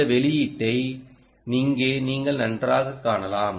இந்த வெளியீட்டை இங்கே நீங்கள் நன்றாகக் காணலாம்